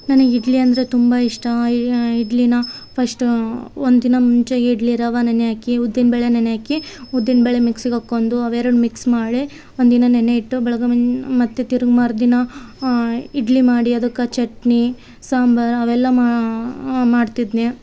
ನನಗ್ ಇಡ್ಲಿ ಅಂದರೆ ತುಂಬ ಇಷ್ಟ ಇಡ್ಲಿನ ಫಸ್ಟ್ ಒಂದು ದಿನ ಮುಂಚೆಗೆ ಇಡ್ಲಿ ರವೆ ನೆನೆ ಹಾಕಿ ಉದ್ದಿನ ಬೇಳೆ ನೆನೆ ಹಾಕಿ ಉದ್ದಿನ ಬೇಳೆ ಮಿಕ್ಸಿಗೆ ಹಾಕೊಂಡು ಅವೆರಡು ಮಿಕ್ಸ್ ಮಾಡಿ ಒಂದು ದಿನ ನೆನೆ ಇಟ್ಟು ಬೆಳಗ್ಗೆ ಮುನ್ ಮತ್ತು ತಿರ್ಗ ಮರುದಿನ ಇಡ್ಲಿ ಮಾಡಿ ಅದಕ್ಕೆ ಚಟ್ನಿ ಸಾಂಬಾರು ಅವೆಲ್ಲ ಮಾಡ್ತಿದ್ದೆ